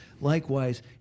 Likewise